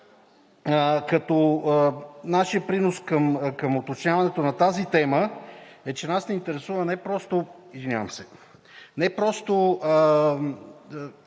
Нашият принос към уточняването на тази тема е, че нас ни интересува не просто